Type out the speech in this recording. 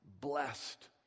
blessed